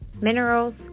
minerals